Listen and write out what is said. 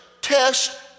Test